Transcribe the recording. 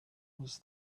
was